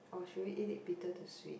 or should we eat it bitter to sweet